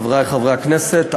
חברי חברי הכנסת,